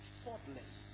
faultless